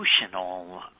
emotional